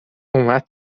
اومد